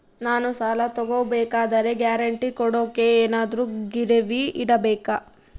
ನಾನು ಸಾಲ ತಗೋಬೇಕಾದರೆ ಗ್ಯಾರಂಟಿ ಕೊಡೋಕೆ ಏನಾದ್ರೂ ಗಿರಿವಿ ಇಡಬೇಕಾ?